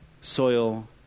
soil